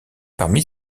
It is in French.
parmi